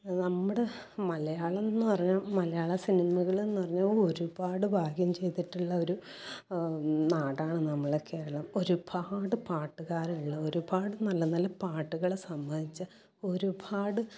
നമ്മുടെ മലയാളം എന്നു പറഞ്ഞാൽ മലയാള സിനിമകൾ എന്ന് പറഞ്ഞാൽ ഒരുപാട് ഭാഗ്യം ചെയ്തിട്ടുള്ള ഒരു നാടാണ് നമ്മുടെ കേരളം ഒരുപാട് പാട്ടുകാരുള്ള ഒരുപാട് നല്ല നല്ല പാട്ടുകൾ സമ്മാനിച്ച ഒരുപാട്